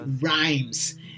rhymes